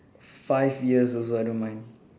five years also I don't mind